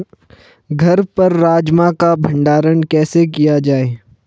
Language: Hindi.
घर पर राजमा का भण्डारण कैसे किया जाय?